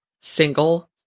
single